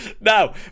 Now